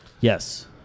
Yes